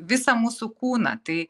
visą mūsų kūną tai